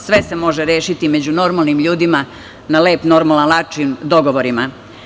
Sve se može rešiti među normalnim ljudima, na lep i normalan način, dogovorima.